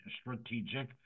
strategic